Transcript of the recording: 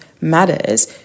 matters